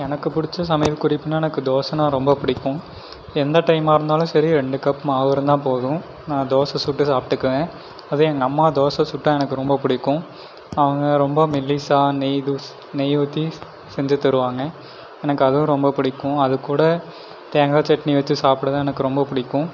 எனக்கு பிடிச்ச சமையல் குறிப்புன்னா எனக்கு தோசைனா ரொம்ப பிடிக்கும் எந்த டைம்மாக இருந்தாலும் சரி ரெண்டு கப் மாவு இருந்தால் போதும் நான் தோசை சுட்டு சாப்பிட்டுக்குவேன் அதே எங்கள் அம்மா தோசை சுட்டால் எனக்கு ரொம்ப பிடிக்கும் அவங்க ரொம்ப மெல்லிசாக நெய் தோஸ் நெய் ஊற்றி ஸ் செஞ்சு தருவாங்க எனக்கு அதுவும் ரொம்ப பிடிக்கும் அதுக்கூட தேங்காய் சட்னி வெச்சு சாப்பிடதான் எனக்கு ரொம்ப பிடிக்கும்